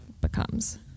becomes